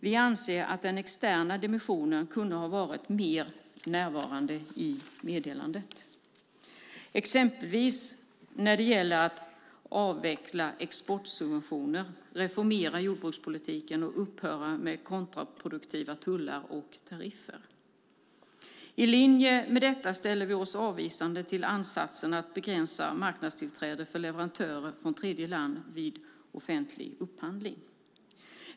Vi anser att den externa dimensionen kunde ha varit mer närvarande i meddelandet exempelvis när det gäller att avveckla exportsubventioner, reformera jordbrukspolitiken och upphöra med kontraproduktiva tullar och tariffer. I linje med detta ställer vi oss avvisande till ansatsen att begränsa marknadstillträde för leverantörer från tredjeland vid offentlig upphandling.